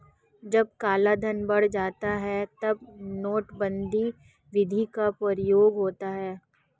जब कालाधन बढ़ जाता है तब नोटबंदी विधि का प्रयोग होता है